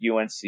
UNC